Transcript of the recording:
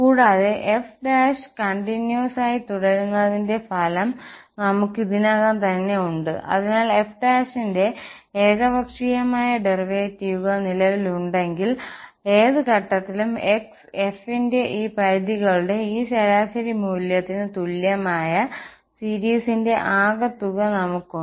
കൂടാതെf തുടർച്ചയായി തുടരുന്നതിന്റെ ഫലം നമ്മൾ ക്ക് ഇതിനകം തന്നെ ഉണ്ട് അതിനാൽ f ന്റെ ഏകപക്ഷീയമായ ഡെറിവേറ്റീവുകൾ നിലവിലുണ്ടെങ്കിൽ ഏത് ഘട്ടത്തിലും x f ന്റെ ഈ പരിധികളുടെ ഈ ശരാശരി മൂല്യത്തിന് തുല്യമായ സീരിസിന്റെ ആകെത്തുക നമുക്കുണ്ട്